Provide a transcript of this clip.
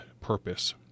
purpose